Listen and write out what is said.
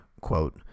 quote